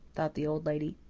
thought the old lady.